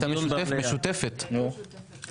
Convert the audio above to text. זאת היתה משותפת לא מיוחדת.